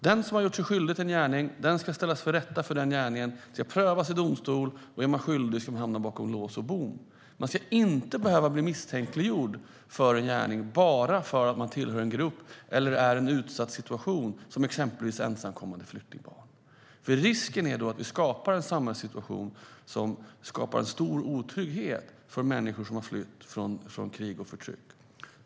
Den som har gjort sig skyldig till en gärning ska ställas inför rätta för den gärningen. Det ska prövas i domstol, och är man skyldig ska man hamna bakom lås och bom. Man ska inte behöva bli misstänkliggjord för en gärning bara för att man tillhör en grupp eller är i en utsatt situation, som exempelvis ensamkommande flyktingbarn är. Risken är annars att vi skapar en samhällssituation med en stor otrygghet för människor som har flytt från krig och förtryck.